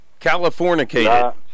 californicated